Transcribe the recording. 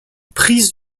prise